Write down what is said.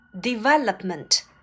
Development